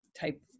type